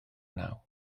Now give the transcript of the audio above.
naw